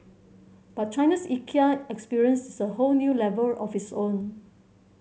but China's Ikea experience is a whole new level of its own